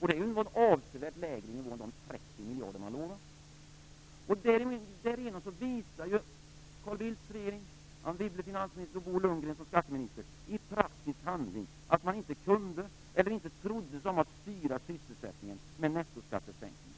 Det är en avsevärt lägre nivå än de 30 miljarder man hade lovat. Wibble som finansminister och Bo Lundgren som skatteminister i praktisk handling att man inte kunde eller inte trodde sig om att styra sysselsättningen med nettoskattesänkningar.